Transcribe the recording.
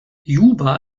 juba